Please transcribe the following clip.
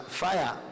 fire